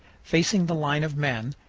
facing the line of men,